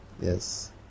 yes